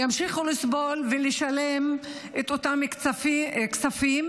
ימשיכו לסבול ולשלם את אותם כספים.